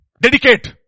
Dedicate